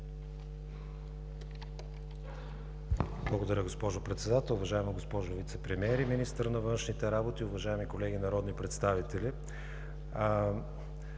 Благодаря, госпожо Председател. Уважаема госпожо Вицепремиер и министър на външните работи, уважаеми колеги народни представители!